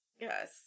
Yes